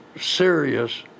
serious